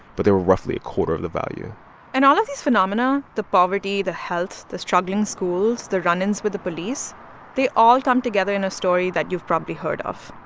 but they were roughly a quarter of the value and all of these phenomenon the poverty, the health, the struggling schools, the run-ins with the police they all come together in a story that you've probably heard of.